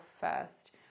first